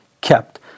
kept